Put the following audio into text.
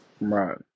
Right